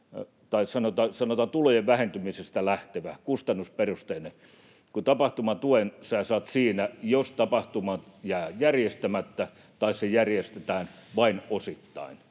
on selkeästi tulojen vähentymisestä lähtevä, kustannusperusteinen, kun tapahtumatuen sinä saat silloin, jos tapahtuma jää järjestämättä tai se järjestetään vain osittain.